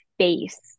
space